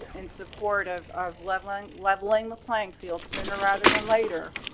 and support of of loveland leveling, the playing field sooner rather than later,